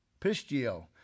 Pistio